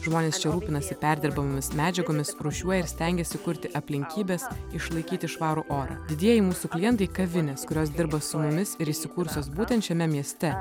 žmonės čia rūpinasi perdirbamomis medžiagomis rūšiuoja ir stengiasi kurti aplinkybes išlaikyti švarų orą didieji mūsų klientai kavinės kurios dirba su jumis ir įsikūrusios būtent šiame mieste